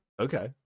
Okay